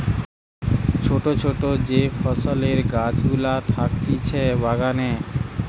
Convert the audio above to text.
ছোট ছোট যে ফলের গাছ গুলা থাকতিছে বাগানে